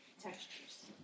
textures